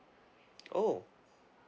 oh